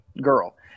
girl